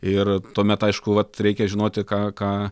ir tuomet aišku vat reikia žinoti ką ką